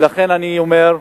ולכן אני אומר,